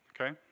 okay